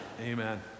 Amen